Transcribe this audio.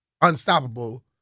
unstoppable